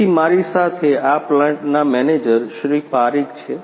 તેથી મારી સાથે આ પ્લાન્ટના મેનેજર શ્રી પારિક છે